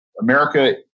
America